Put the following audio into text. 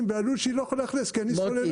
והלול שלי לא יכול לאכלס כי אין לי סוללות.